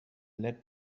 let